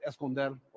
esconder